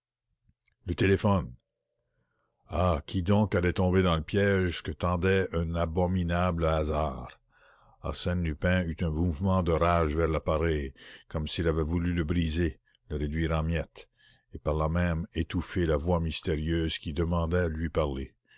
le téléphone ah qui donc allait tomber dans le piège que tendait un abominable hasard arsène lupin eut un mouvement de rage vers l'appareil comme s'il avait voulu le briser le réduire en miettes et par là même étouffer la voix mystérieuse qui demandait à lui parler